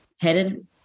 headed